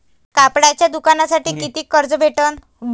कापडाच्या दुकानासाठी कितीक कर्ज भेटन?